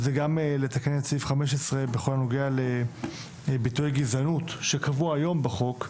אז גם לתקן את סעיף 15 בכל הנוגע לביטויי גזענות שקבוע היום בחוק,